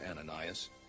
Ananias